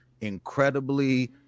incredibly